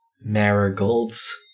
Marigold's